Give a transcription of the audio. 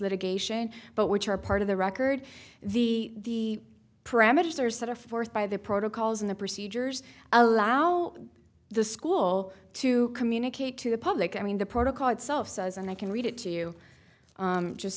litigation but which are part of the record the parameters are set of forth by the protocols in the procedures allow the school to communicate to the public i mean the protocol itself says and i can read it to you just